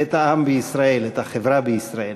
את העם בישראל ואת החברה בישראל.